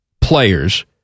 players